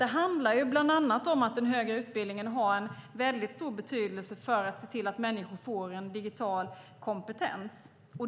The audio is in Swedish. Det handlar bland annat om att den högre utbildningen har en stor betydelse för att se till att människor får en digital kompetens.